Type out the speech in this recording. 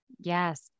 Yes